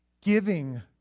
giving